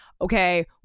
Okay